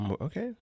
Okay